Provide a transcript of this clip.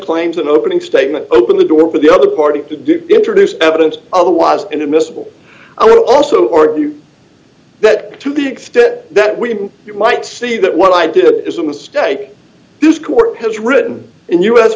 claims in opening statement open the door for the other party to do introduce evidence otherwise inadmissible i would also argue that to the extent that we might see that what i did is a mistake this court has written in u